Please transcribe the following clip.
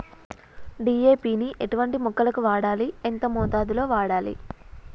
DAP ని ఎటువంటి మొక్కలకు వాడాలి? ఎంత మోతాదులో వాడాలి?